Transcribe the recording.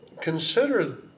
Consider